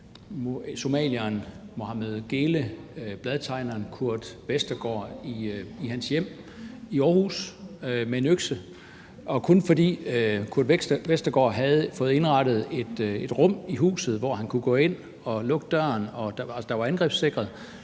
somalieren Mohammed Geele bladtegneren Kurt Vestergaard med en økse i hans hjem i Aarhus, og kun fordi Kurt Vestergaard havde fået indrettet et rum i huset, hvor han kunne gå ind og lukke døren, og som var angrebssikret,